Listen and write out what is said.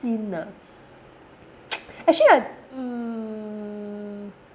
scene ah actually I mm